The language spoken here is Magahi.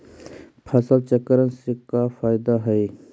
फसल चक्रण से का फ़ायदा हई?